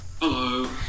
Hello